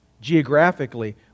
geographically